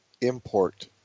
import